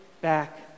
back